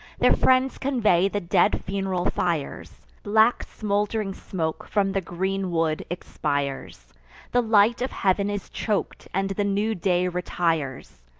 their friends convey the dead fun'ral fires black smold'ring smoke from the green wood expires the light of heav'n is chok'd, and the new day retires.